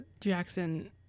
Jackson